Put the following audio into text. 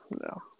No